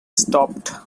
stopped